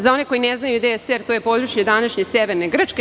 Za one koji ne znaju gde je Ser, to je područje današnje severne Grčke.